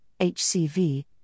HCV